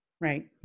Right